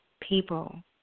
people